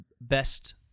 best